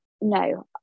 no